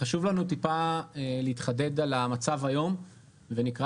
חשוב לנו טיפה להתחדד על המצב היום ונקרא